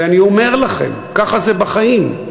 ואני אומר לכם, ככה זה בחיים: